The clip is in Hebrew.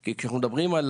כי כשאנחנו מדברים על